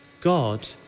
God